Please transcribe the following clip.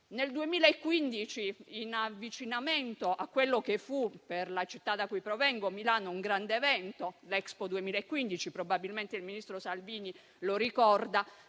nel 2015, in avvicinamento a quello che fu per la città da cui provengo, Milano, un grande evento, ossia l'Expo - probabilmente il ministro Salvini lo ricorda